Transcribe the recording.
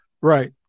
Right